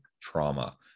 trauma